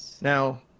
Now